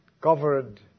covered